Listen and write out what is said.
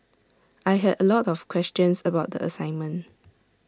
I had A lot of questions about the assignment